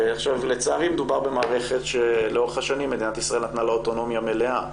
לצערי מדובר במערכת שלאורך השנים מדינת ישראל נתנה לה אוטונומיה מלאה,